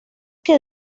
que